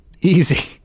easy